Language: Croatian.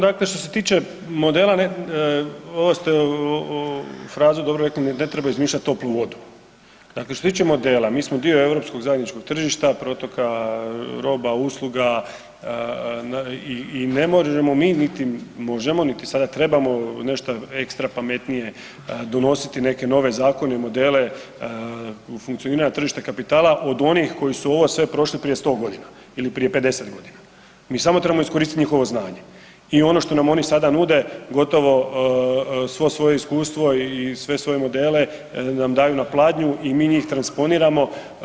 Dakle, što se tiče modela ovu ste frazu dobro rekli ne treba izmišljati toplu vodu, dakle što se tiče modela mi smo dio europskog zajedničkog tržišta, protoka roba, usluga i ne možemo mi niti možemo niti sada trebamo nešta ekstra pametnije donositi neke nove zakone, modele u funkcioniranju tržišta kapitala od onih koji su ovo sve prošli prije 100 godina ili prije 50 godina, mi samo trebamo iskoristiti njihovo znanje i ono što nam oni sada nude gotovo svo svoje iskustvo i sve svoje modele nam daju na pladnju i mi njih transponiramo.